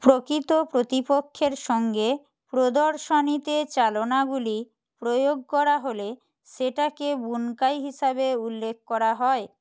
প্রকৃত প্রতিপক্ষের সঙ্গে প্রদর্শনীতে চালনাগুলি প্রয়োগ করা হলে সেটাকে বুনকাই হিসাবে উল্লেখ করা হয়